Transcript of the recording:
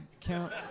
count